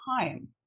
time